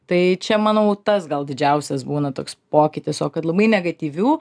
tai čia manau tas gal didžiausias būna toks pokytis o kad labai negatyvių